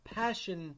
passion